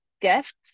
gift